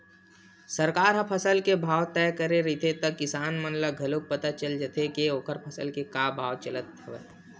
सरकार ह फसल के भाव तय करे रहिथे त किसान मन ल घलोक पता चल जाथे के ओखर फसल के का भाव चलत हवय